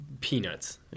Peanuts